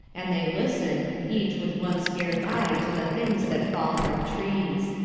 and they listen, each with one scared eye to the things that fall from trees.